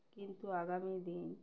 কিন্তু আগামী দিন